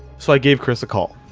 so i gave chris a call.